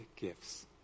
gifts